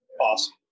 awesome